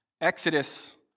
Exodus